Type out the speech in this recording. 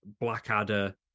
Blackadder